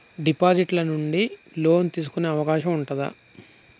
Deposit ల నుండి loan తీసుకునే అవకాశం ఉంటదా?